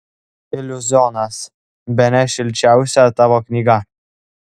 iliuzionas bene šilčiausia tavo knyga